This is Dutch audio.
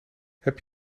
heb